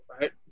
right